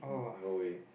no way